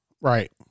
Right